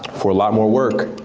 for a lot more work.